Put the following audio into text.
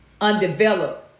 undeveloped